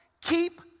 keep